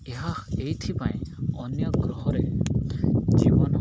ଏହା ଏଇଥିପାଇଁ ଅନ୍ୟ ଗ୍ରହରେ ଜୀବନ